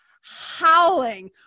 howling